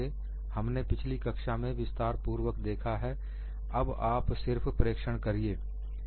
हमने पिछली कक्षा में विस्तार पूर्वक देखा है अब आप इसे सिर्फ प्रेक्षण करिए